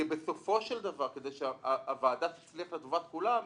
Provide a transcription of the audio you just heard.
כי בסופו של דבר כדי שהוועדה תצליח לטובת כולם,